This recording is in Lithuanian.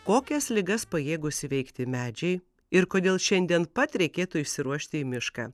kokias ligas pajėgūs įveikti medžiai ir kodėl šiandien pat reikėtų išsiruošti į mišką